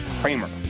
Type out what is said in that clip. Kramer